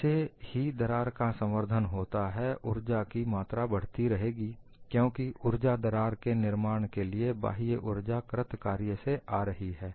जैसे ही दरार का संवर्धन होता है ऊर्जा की मात्रा बढ़ती रहेगी क्योंकि दरार सतह के निर्माण के लिए उर्जा बाह्य कृत कार्य से आ रही है